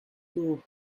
too